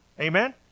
Amen